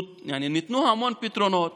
ניתנו המון פתרונות